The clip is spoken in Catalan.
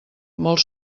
molt